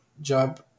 job